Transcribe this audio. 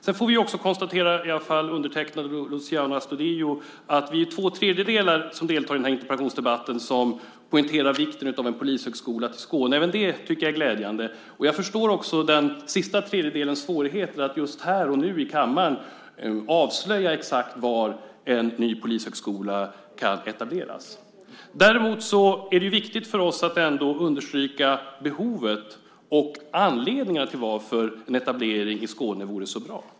Jag får också konstatera att jag och Luciano Astudillo utgör två tredjedelar av dem som deltar i den här interpellationsdebatten som poängterar vikten av en polishögskola i Skåne. Även det tycker jag är glädjande. Jag förstår också den sista tredjedelens svårigheter att just här och nu i kammaren avslöja exakt var en ny polishögskola kan etableras. Däremot är det viktigt för oss att ändå understryka behovet och anledningarna till att en etablering i Skåne vore så bra.